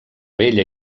vella